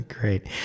Great